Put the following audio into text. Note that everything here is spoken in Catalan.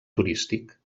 turístic